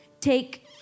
Take